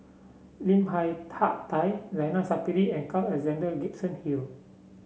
Lim Hak Tai Zainal Sapari and Carl Alexander Gibson Hill